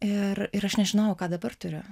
ir ir aš nežinojau ką dabar turiu